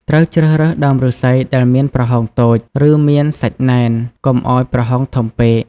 ត្រូវជ្រើសរើសដើមឫស្សីដែលមានប្រហោងតូច ឬមានសាច់ណែន កុំឲ្យប្រហោងធំពេក។